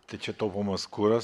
tai čia taupomas kuras